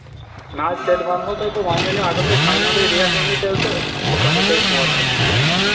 نہ حظ تیٚلہِ وَنہو تۄہہِ بہٕ وۅنۍ ؤنِو اَگر تُہۍ فاینَلٕے ریٹ ؤنِو تیٚلہِ تہٕ بہٕ کرہو تۄہہِ فون حظ